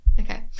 Okay